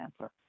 answer